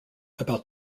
about